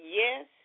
yes